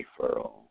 referral